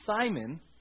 Simon